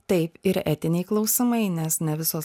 taip ir etiniai klausimai nes ne visos